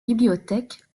bibliothèque